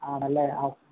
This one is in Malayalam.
ആണല്ലേ ആ